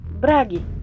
Bragi